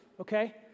okay